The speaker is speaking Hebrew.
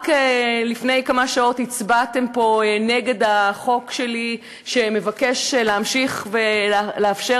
רק לפני כמה שעות הצבעתם פה נגד החוק שלי שמבקש להמשיך ולאפשר